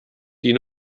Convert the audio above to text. die